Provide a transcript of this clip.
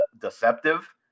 deceptive